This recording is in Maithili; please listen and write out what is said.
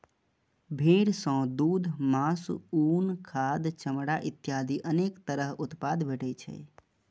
भेड़ सं दूघ, मासु, उन, खाद, चमड़ा इत्यादि अनेक तरह उत्पाद भेटै छै